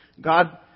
God